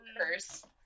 curse